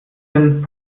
sind